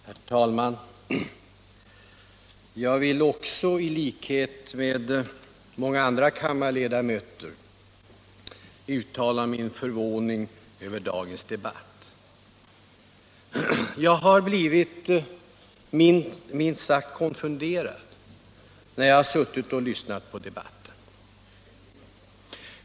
Herr talman! Jag vill i likhet med många andra kammarledamöter uttala förvåning över dagens debatt. Jag har blivit minst sagt konfunderad när jag suttit och lyssnat på debatten.